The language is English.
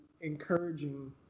encouraging